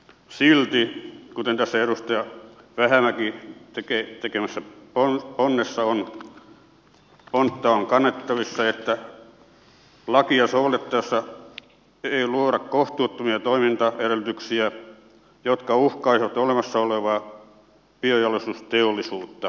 silti tässä edustaja vähämäen tekemässä ponnessa on kannatettavissa että lakia sovellettaessa ei luoda kohtuuttomia toimintaedellytyksiä jotka uhkaisivat olemassa olevaa biojalostusteollisuutta